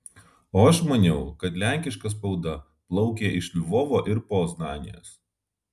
o aš maniau kad lenkiška spauda plaukė iš lvovo ir poznanės